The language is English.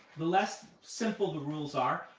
the less simple the rules are,